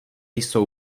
jsou